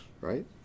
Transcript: right